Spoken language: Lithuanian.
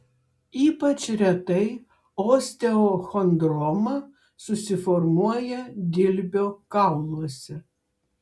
ypač retai osteochondroma susiformuoja dilbio kauluose